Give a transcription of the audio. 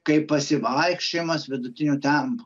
kai pasivaikščiojimas vidutiniu tempu